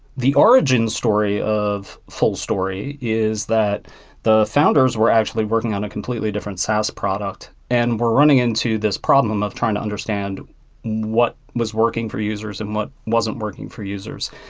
the origin story of fullstory is that the founders were actually working on a completely different saas product, and we're running into this problem of trying to understand what was working for users and what wasn't working for users.